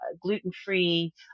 gluten-free